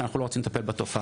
שאנחנו לא רוצים לטפל בתופעה.